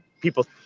people